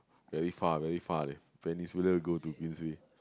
very far very far leh peninsula go to Queensway